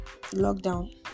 lockdown